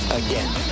again